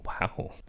wow